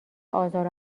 آزار